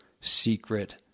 secret